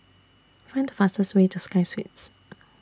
Find The fastest Way to Sky Suites